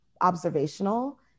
observational